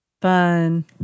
Fun